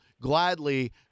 gladly